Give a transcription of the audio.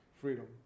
freedom